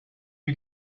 you